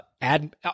add